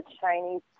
Chinese